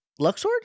Luxord